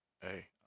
Hey